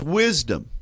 wisdom